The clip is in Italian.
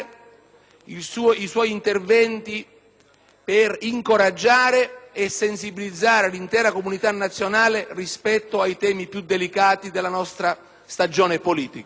i suoi interventi per incoraggiare e sensibilizzare l'intera comunità nazionale rispetto ai temi più delicati della nostra stagione politica.